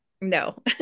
no